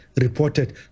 reported